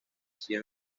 sido